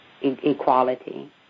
equality